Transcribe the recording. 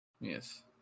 Yes